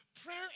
Prayer